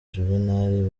juvenal